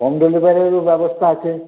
home ডেলিভারিরও ব্যবস্থা আছে